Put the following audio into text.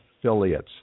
affiliates